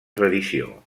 tradició